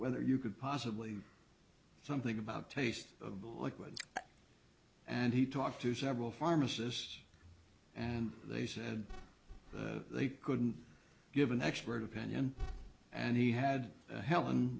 whether you could possibly something about taste or and he talked to several pharmacists and they said they couldn't give an expert opinion and he had helen